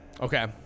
Okay